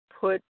put